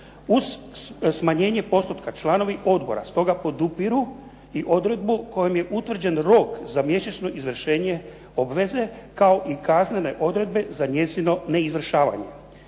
Uz smanjenje postotka članovi odbora stoga podupiru i odredbu kojom je utvrđen rok za mjesečno izvršenje obveze kao i kaznene odredbe za njezino neizvršavanje.